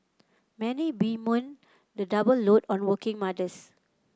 many bemoan the double load on working mothers